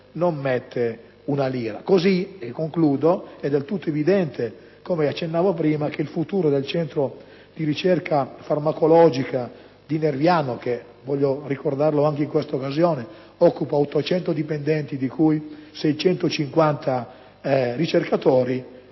non mette una lira. Così come - e concludo - è del tutto evidente che rimane a rischio il futuro del centro di ricerca farmacologica di Nerviano che, voglio ricordarlo anche in quest'occasione, occupa 800 dipendenti, di cui 650 ricercatori.